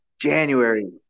January